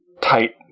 tight